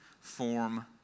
form